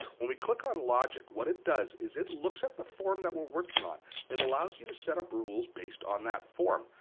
when we click on logic, what it does is it looks at the form that we're working on and allows you to set up rules based on that form.